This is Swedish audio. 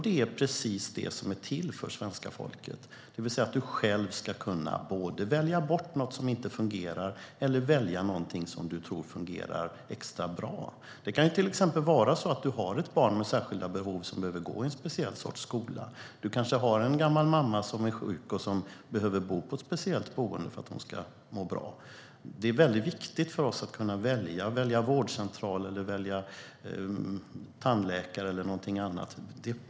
Det är precis det som modellen är för svenska folket, det vill säga att du själv ska kunna både välja bort något som inte fungerar och välja något som du tror fungerar extra bra. Det kan till exempel vara så att du har ett barn med särskilda behov som behöver gå i en speciell skola. Du kanske har en gammal sjuk mamma som behöver bo på ett speciellt boende för att hon ska må bra. Det är viktigt för oss att kunna välja vårdcentral, välja tandläkare eller något annat.